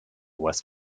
was